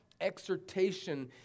exhortation